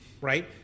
right